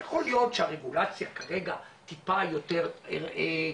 יכול להיות שהרגולציה כרגע טיפה יותר קשה,